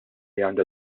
għandha